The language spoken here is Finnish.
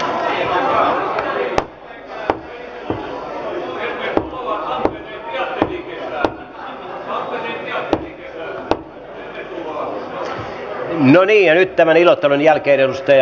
no niin nyt tämän iloittelun jälkeen edustaja vartiainen